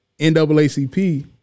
NAACP